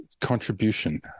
contribution